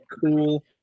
Cool